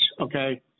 okay